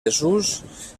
desús